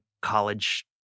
college